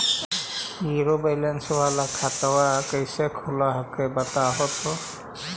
Zero balance वाला खतवा कैसे खुलो हकाई बताहो तो?